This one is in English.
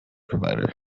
provider